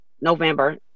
November